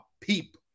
peep